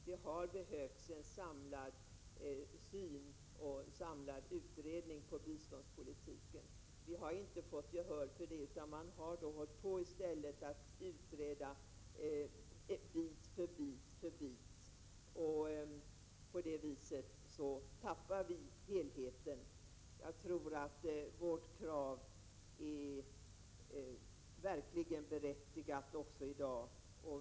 Det har behövts en samlad syn på och en samlad utredning av biståndspolitiken. Vi har inte fått gehör för det kravet, utan man har i stället hållit på att utreda bit för bit. På det viset tappar man helheten. Jag tror att vårt krav verkligen är berättigat också i dag.